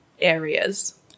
areas